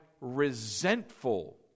resentful